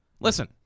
Listen